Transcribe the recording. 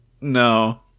No